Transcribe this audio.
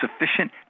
sufficient